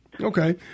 Okay